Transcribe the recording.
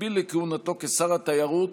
במקביל לכהונתו כשר התיירות,